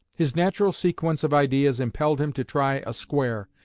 his natural sequence of ideas impelled him to try a square,